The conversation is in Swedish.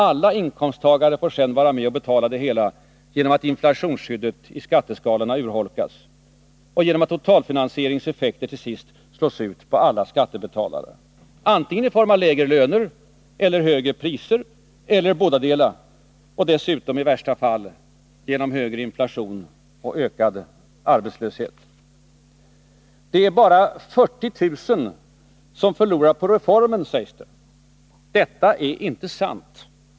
Alla inkomsttagare får dessutom vara med att betala det hela genom att inflationsskyddet i skatteskalorna urholkas och genom att totalfinansieringens effekter till sist slås ut på alla skattebetalare. Antingen i form av lägre löner eller högre priser. Eller bådadera. Samt dessutom, i värsta fall, genom högre inflation och ökad arbetslöshet. Det är ”bara 40 000” som förlorar på reformen, sägs det. Detta är inte sant.